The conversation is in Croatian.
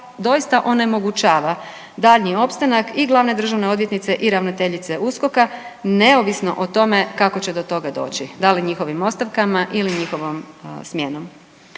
doista onemogućava daljnji opstanak i glavne državne odvjetnice i ravnateljice USKOK-a neovisno o tome kako će do toga doći da li njihovim ostavkama ili njihovom smjenom.